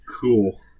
cool